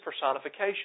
personification